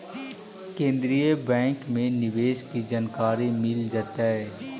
केन्द्रीय बैंक में निवेश की जानकारी मिल जतई